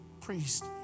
priest